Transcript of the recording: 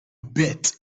bet